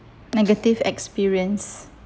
negative experience